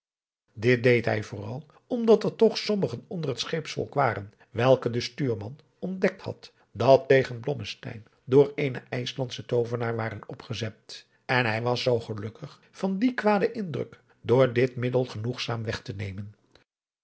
dit deed hij vooral omdat er toch sommigen onder het scheepsvolk waren welke de stuurman ontdekt had dat tegen blommesteyn door eenen ijslandschen toovenaar waren opgezet en hij was zoo gelukkig van dien kwaden indruk door dit middel genoegzaam weg te nemen